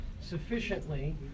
sufficiently